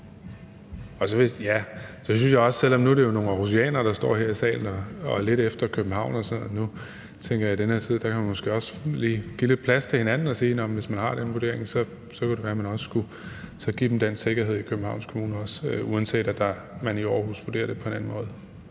og nagelfast vurdering af. Selv om det nu er nogle aarhusianere, der står her i salen og er lidt efter København, så tænker jeg jo, at man i den her tid måske også lige kan give lidt plads til hinanden og sige, at hvis man har den vurdering, så kunne det være, man også skulle give dem den sikkerhed i Københavns Kommune, uanset at man i Aarhus vurderer det på en anden måde.